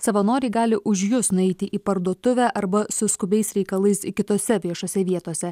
savanoriai gali už jus nueiti į parduotuvę arba su skubiais reikalais kitose viešose vietose